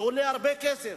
זה עולה הרבה כסף.